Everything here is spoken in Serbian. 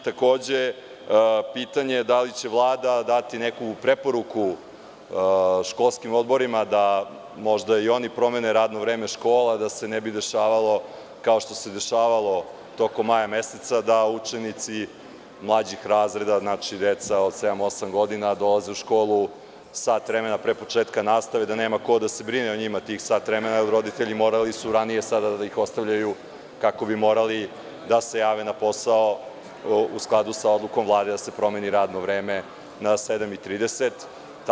Takođe, da li će Vlada dati neku preporuku školskim odborima da možda i oni promene radno vreme škola, da se ne bi dešavalo kao što se dešavalo tokom maja meseca da učenici mlađih razreda, deca od sedam osam godina dolaze u školu sat vremena pre početka nastave. da nema ko da se brine o njima tih sat vremena, jer su roditelji morali ranije da ih ostavljaju kako bi morali da se jave na posao u skladu sa odlukom Vlade da se promeni radno vreme na 7,30 časova?